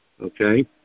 okay